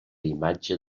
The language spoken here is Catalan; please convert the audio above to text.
imatge